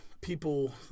people